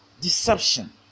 Deception